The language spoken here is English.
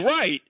right